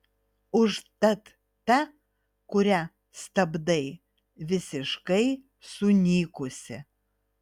užtat ta kuria stabdai visiškai sunykusi